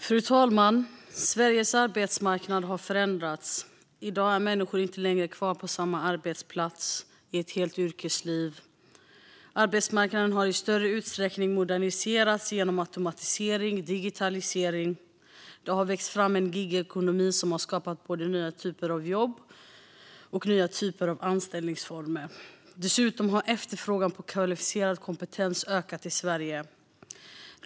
Fru talman! Sveriges arbetsmarknad har förändrats. I dag är människor inte längre kvar på samma arbetsplats under ett helt yrkesliv. Arbetsmarknaden har i större utsträckning moderniserats genom automatisering och digitalisering. Det har vuxit fram en gigekonomi som har skapat både nya typer av jobb och nya anställningsformer. Dessutom har efterfrågan på kvalificerad kompetens ökat i Sverige.